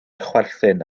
chwerthin